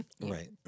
Right